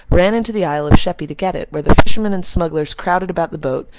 ran into the isle of sheppy to get it, where the fishermen and smugglers crowded about the boat,